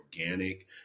organic